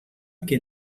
que